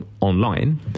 online